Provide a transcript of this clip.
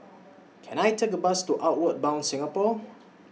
Can I Take A Bus to Outward Bound Singapore